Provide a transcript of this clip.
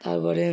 তারপরে